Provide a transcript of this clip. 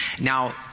Now